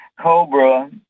Cobra